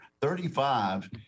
Thirty-five